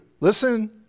Listen